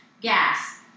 gas